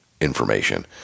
information